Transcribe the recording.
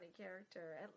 character